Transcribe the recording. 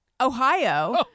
Ohio